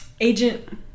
Agent